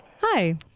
Hi